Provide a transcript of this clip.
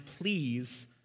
please